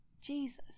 Jesus